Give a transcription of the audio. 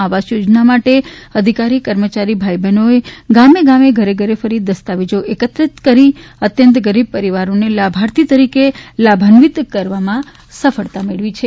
આવાસ યોજનાઓ માટે અધિકારી કર્મચારી ભાઈ બહેનોએ ગામે ગામ ઘરે ઘરે ફરીને દસ્તાવેજો એકત્ર કરી અત્યંત ગરીબ પરીવારોને લાભાર્થી તરીકે લાભાન્વિત કરવામાં સફળતા મેળવી હતી